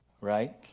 right